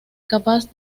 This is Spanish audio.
capaz